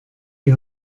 die